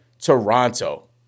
Toronto